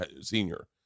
senior